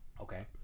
Okay